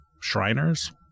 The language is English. Shriners